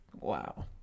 Wow